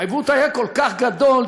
העיוות היה כל כך גדול,